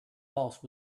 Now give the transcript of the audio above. pulse